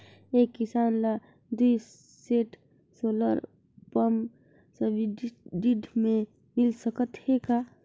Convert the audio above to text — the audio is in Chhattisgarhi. एक किसान ल दुई सेट सोलर पम्प सब्सिडी मे मिल सकत हे का?